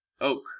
oak